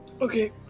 Okay